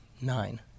nine